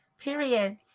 Period